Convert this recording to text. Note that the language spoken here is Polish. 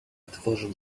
otworzył